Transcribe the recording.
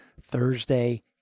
Thursday